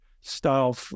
style